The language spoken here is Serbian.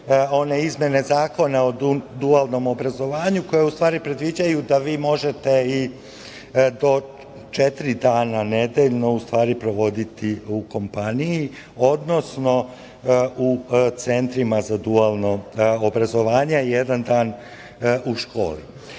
one izmene Zakona o dualnom obrazovanju koje u stvari predviđaju da vi možete i do četiri dana nedeljno provoditi u kompaniji, odnosno u centrima za dualno obrazovanje, a jedan dan u školi. To